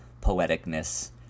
poeticness